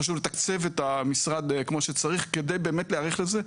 חשוב לתקצב את המשרד כמו שצריך כדי באמת להיערך לזה,